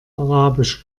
arabisch